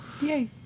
Yay